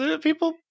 People